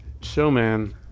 Showman